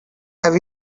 have